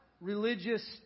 religious